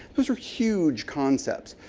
those are huge concepts.